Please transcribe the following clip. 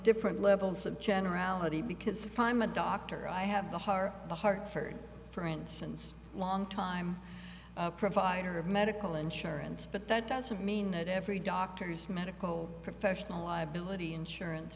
different levels of generality because prime a doctor i have the higher the hartford for instance a long time provider of medical insurance but that doesn't mean that every doctor's medical professional liability insurance